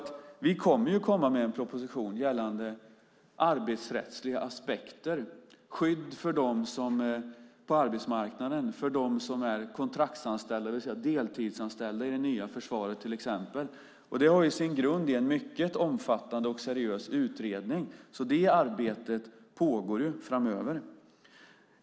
Vi kommer att lägga fram en proposition gällande arbetsrättsliga aspekter, skydd för dem på arbetsmarknaden som är kontraktsanställda, till exempel deltidsanställda i det nya försvaret. Det har sin grund i en mycket omfattande och seriös utredning. Det arbetet kommer att pågå framöver.